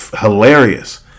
hilarious